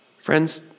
Friends